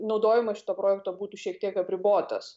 naudojimas šito produkto būtų šiek tiek apribotas